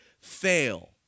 fail